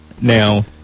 Now